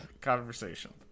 conversation